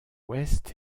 ouest